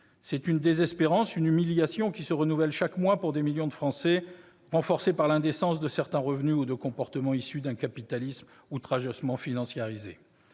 C'est une désespérance, une humiliation qui se renouvellent chaque mois pour des millions de Français, renforcées par l'indécence de certains revenus ou de comportements issus d'un capitalisme outrageusement financiarisé.